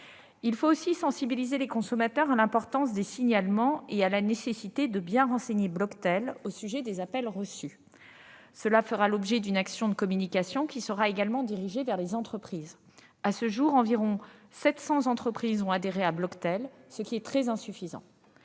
Il faut aussi sensibiliser les consommateurs à l'importance des signalements et à la nécessité de bien renseigner Bloctel au sujet des appels reçus. Cela fera l'objet d'une action de communication, qui sera également dirigée vers les entreprises ; à ce jour, environ sept cents entreprises ont adhéré à Bloctel, ce qui est très insuffisant.